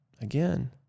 again